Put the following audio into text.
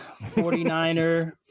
49er